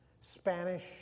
Spanish